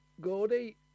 Gordy